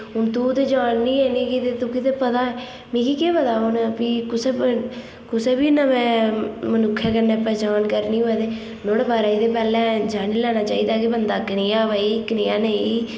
हुन तूं ते जाननी ऐ इ'नें गी फ्ही तुगी ते पता ऐ मिगी केह् पता हुन भी कुसै बी कुसै बी नमें मनुक्खे कन्नै पन्छान करनी होऐ ते नुहाड़े बारे च ते पैह्लें जानी लैना चाहिदा कि एह् बंदा कनेहा भाई कनेहा नेईं